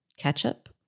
Ketchup